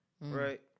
Right